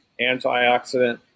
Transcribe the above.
antioxidant